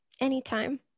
Anytime